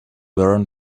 learn